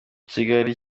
kigali